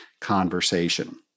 conversation